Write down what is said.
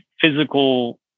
physical